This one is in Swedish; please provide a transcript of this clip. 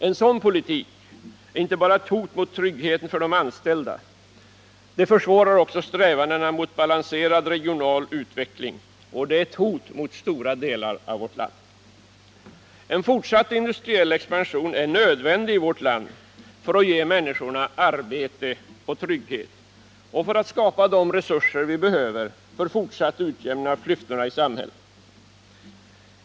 En sådan politik är inte bara ett hot mot tryggheten för de anställda. Den försvårar också strävandena mot balanserad regional utveckling och är ett hot mot stora delar av vårt land. En fortsatt industriell expansion är nödvändig i vårt land för att ge människor arbete och trygghet öch för att skapa de resurser vi behöver för fortsatt utjämning av klyftorna i samhället.